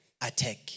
attack